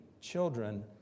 children